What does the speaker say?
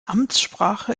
amtssprache